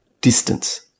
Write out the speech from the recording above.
distance